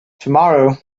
tomorrow